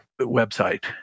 website